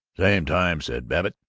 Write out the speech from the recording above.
same time, said babbitt,